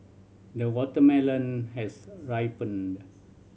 the watermelon has ripened